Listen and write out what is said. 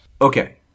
Okay